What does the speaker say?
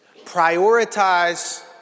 Prioritize